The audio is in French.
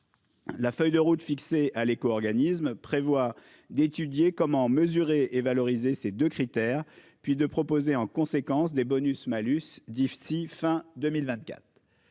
La feuille de route fixée à l'éco-, organisme prévoit d'étudier comment mesurer et valoriser ces 2 critères puis de proposer en conséquence des bonus malus d'IFSI fin 2024.